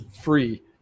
free